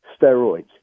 Steroids